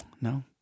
no